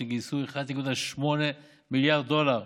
שגייסו 1.8 מיליארד דולר